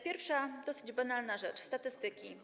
Pierwsza, dosyć banalna rzecz - statystyki.